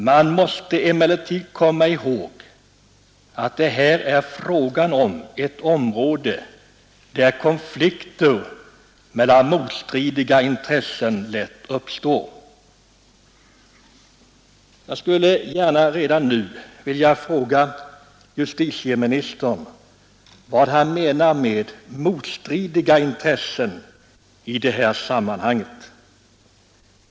Man måste emellertid komma ihåg att det här är fråga om ett område där konflikter mellan motstridiga intressen lätt uppstår.” Jag vill gärna redan nu fråga justitieministern vad han menar med motstridiga intressen i det här sammanhanget.